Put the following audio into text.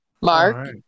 Mark